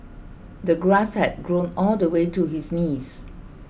the grass had grown all the way to his knees